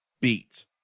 beat